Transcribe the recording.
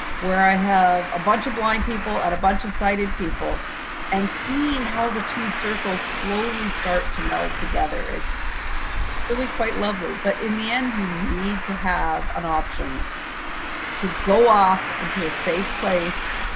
where i have a bunch of blind people and a bunch of sighted people and seeing how the two circles slowly start to meld together. it's it's really quite lovely. but in the end, you need to have an option to go off into a safe place,